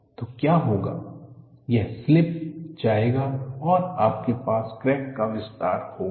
तो क्या होगा यह स्लिप जाएगा और आपके पास क्रैक का विस्तार होगा